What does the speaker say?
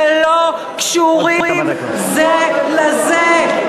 שלא קשורים זה לזה.